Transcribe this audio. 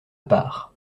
part